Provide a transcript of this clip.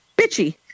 bitchy